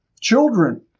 children